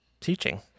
teaching